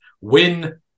Win